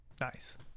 Nice